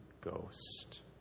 ghost